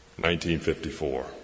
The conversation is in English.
1954